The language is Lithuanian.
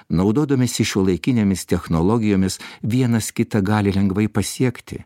naudodamiesi šiuolaikinėmis technologijomis vienas kitą gali lengvai pasiekti